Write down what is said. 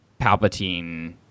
Palpatine